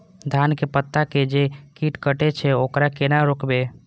धान के पत्ता के जे कीट कटे छे वकरा केना रोकबे?